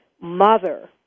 mother